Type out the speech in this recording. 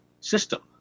system